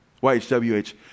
Y-H-W-H